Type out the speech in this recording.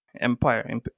Empire